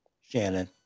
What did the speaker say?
Shannon